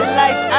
life